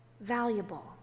valuable